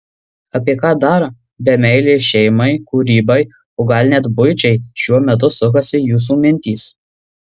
apie ką dar be meilės šeimai kūrybai o gal net buičiai šiuo metu sukasi jūsų mintys